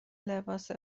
لباس